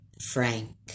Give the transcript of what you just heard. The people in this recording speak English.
Frank